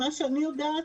ממה שאני יודעת,